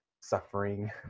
suffering